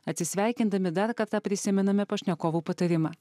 atsisveikindami dar kartą prisimename pašnekovų patarimą